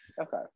Okay